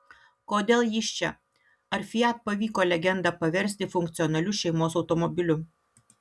kodėl jis čia ar fiat pavyko legendą paversti funkcionaliu šeimos automobiliu